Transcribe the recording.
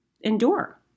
endure